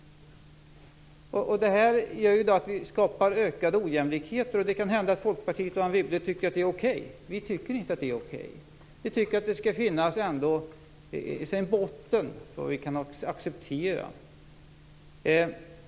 Det här gör att vi skapar ökad ojämlikhet. Det kan hända att Folkpartiet och Anne Wibble tycker att det är okej. Vi tycker inte att det är okej. Vi tycker att det skall finnas en botten för vad man kan acceptera.